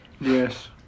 Yes